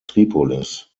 tripolis